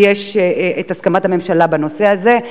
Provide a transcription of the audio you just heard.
כי יש הסכמת הממשלה בנושא הזה,